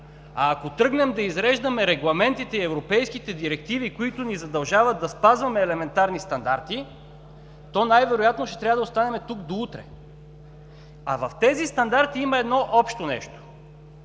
А ако тръгнем да изреждаме регламентите и европейските директиви, които ни задължават да спазваме елементарни стандарти, то най-вероятно ще трябва да останем тук до утре. В тези стандарти има едно общо нещо